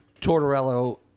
Tortorello